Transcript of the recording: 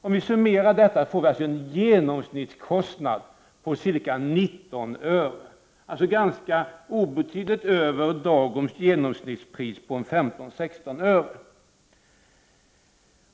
Om vi summerar detta får vi en genomsnittskostnad på ca 19 öre per kilowattimme, dvs. ganska obetydligt över dagens genomsnittspris som ligger på 15-16 öre.